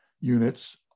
units